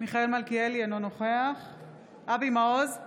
מיכאל מלכיאלי, אינו נוכח אבי מעוז,